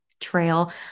trail